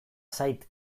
zait